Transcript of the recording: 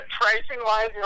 Pricing-wise